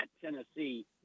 Tennessee